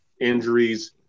injuries